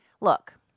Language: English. look